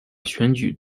选举